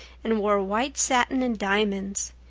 and wore white satin and diamonds.